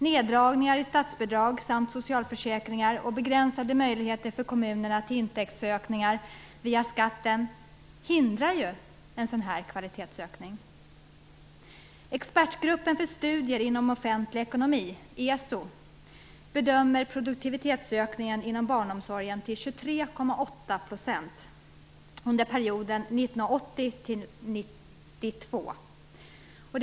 Neddragningar i statsbidrag samt socialförsäkringar och begränsade möjligheter för kommunerna till intäktsökningar via skatten hindrar ju en en sådan kvalitetshöjning. ESO, bedömer produktivitetsökningen inom barnomsorgen till 23,8 % under perioden 1980-1992.